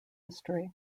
history